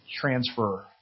transfer